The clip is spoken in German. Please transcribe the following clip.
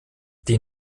die